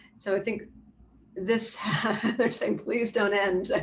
so i think this they're saying, please don't end.